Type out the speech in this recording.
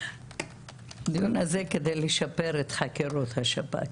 הדיון הזה כדי לשפר את חקירות השב"כ...